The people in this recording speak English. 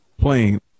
playing